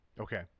Okay